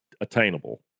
attainable